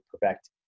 perfect